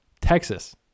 Texas